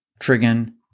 trigon